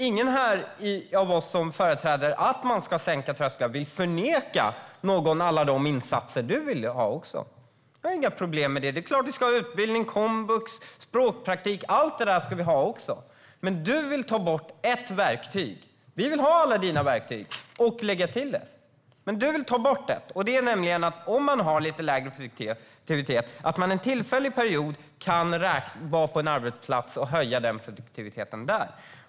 Ingen av oss här som företräder att man ska sänka trösklar vill förneka någon alla de insatser du är villig att göra också. Vi har inga problem med dem; det är klart att vi ska ha utbildning, komvux och språkpraktik. Allt det där ska vi ha också. Men du vill ta bort ett verktyg. Vi vill ha alla dina verktyg - och lägga till ett. Men du vill ta bort ett, nämligen att den som har lite lägre produktivitet kan vara på en arbetsplats under en tillfällig period och höja den produktiviteten där.